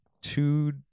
two